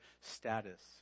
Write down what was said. status